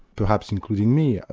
perhaps including me, ah